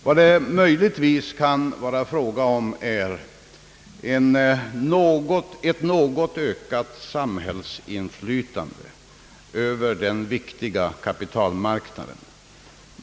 Vad det möjligtvis kan vara fråga om är ett något ökat samhällsinflytande över den viktiga kapitalmarknaden.